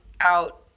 out